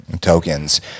tokens